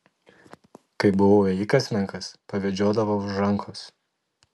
kai buvau ėjikas menkas pavedžiodavo už rankos